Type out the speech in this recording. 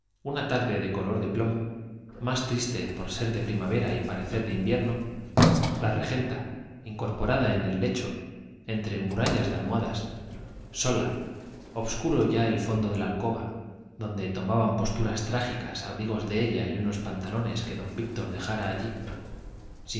una tarde de color de plomo más triste por ser de primavera y parecer de invierno la regenta incorporada en el lecho entre murallas de almohadas sola obscuro ya el fondo de la alcoba donde tomaban posturas trágicas abrigos de ella y unos pantalones que don víctor dejara allí